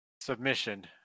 submission